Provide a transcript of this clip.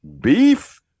beef